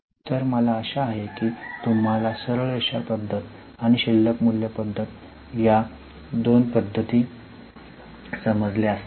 तर मला आशा आहे की तुम्हाला सरळ रेषा पद्धत आणि शिल्लक मूल्य पद्धत या पहिल्या दोन पद्धती समजल्या असतील